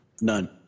None